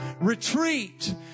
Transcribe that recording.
Retreat